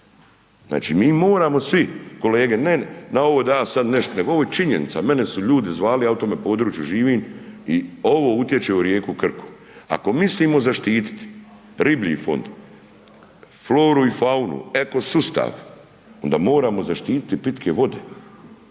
Znači, mi moramo svi kolege ne na ovo da ja sad nešto, nego ovo je činjenica, mene su ljudi zvali, ja u tome području živim i ovo utječe u rijeku Krku. Ako mislimo zaštititi riblji fond, floru i faunu, eko sustav, onda moramo zaštititi i pitke vode